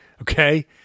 okay